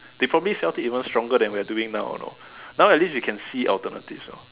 they probably felt it even stronger than when we're doing it now you know now at least we can see alternatives